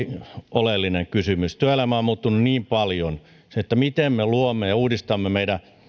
oleellinen kysymys työelämä on muuttunut niin paljon että miten me luomme ja uudistamme meidän